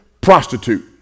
prostitute